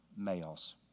males